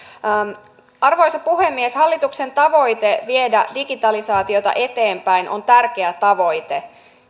arvoisa puhemies hallituksen tavoite viedä digitalisaatiota eteenpäin on tärkeä tavoite